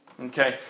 Okay